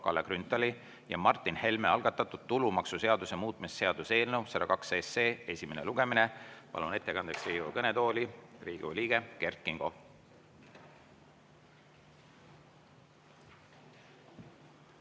Kalle Grünthali ja Martin Helme algatatud tulumaksuseaduse muutmise seaduse eelnõu 102 esimene lugemine. Palun ettekandeks Riigikogu kõnetooli Riigikogu liikme Kert Kingo.